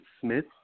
Smith